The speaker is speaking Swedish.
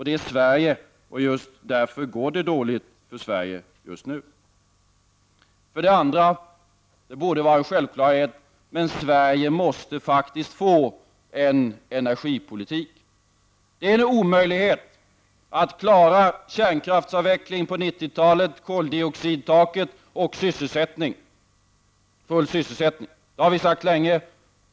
Det har Sverige, och därför går det dåligt för Sverige just nu. För det andra, och det borde vara en självklarhet: Sverige måste faktiskt få en energipolitik. Det är en omöjlighet att klara kärnkraftsavveckling på 90-talet, koldioxidtaket och full sysselsättning. Det har vi sagt länge.